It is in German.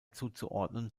zuzuordnen